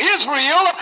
Israel